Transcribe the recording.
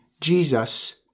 Jesus